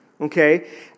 okay